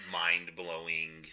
mind-blowing